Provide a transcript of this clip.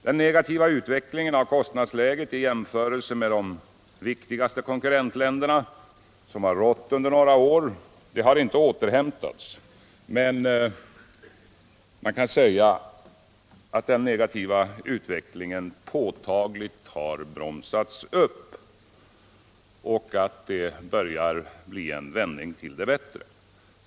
Den negativa utvecklingen av kostnadsläget i jämförelse med de viktigaste konkurrentländerna, som rått under några år, har inte återhämtats, men man kan säga att den negativa utvecklingen påtagligt har bromsats upp och att det börjar bli en vändning till det bättre.